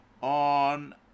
on